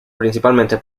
principalmente